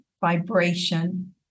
vibration